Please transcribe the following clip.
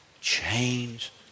change